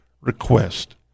request